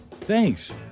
Thanks